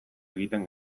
egiten